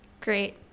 Great